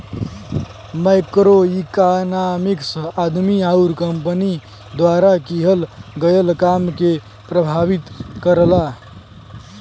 macroeconomics आदमी आउर company द्वारा किहल गयल काम के प्रभावित करला